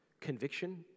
conviction